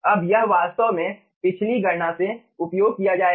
अब यह α वास्तव में पिछली गणना से उपयोग किया जाएगा